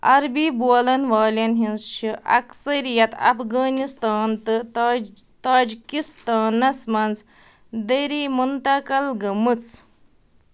عربی بولن والین ہِنٛز چھِ اکثریت افغٲنِستان تہٕ تاج تاجِکِستانس منٛز دٔری مُنتَقل گٔمٕژ